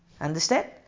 understand